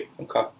Okay